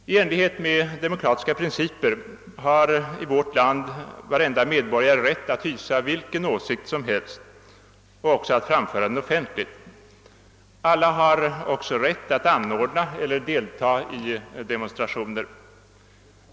I enlighet med demokratiska principer har varje medborgare i vårt land rätt att hysa vilken åsikt som helst och även att framföra den offentligt. Alla har också rätt att anordna eller deltaga i demonstrationer.